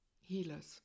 healers